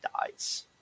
dies